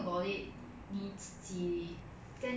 ya if you make like insensitive remark